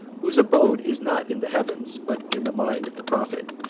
whose abode is not in the heavens, but in the mind of the prophet.